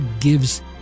gives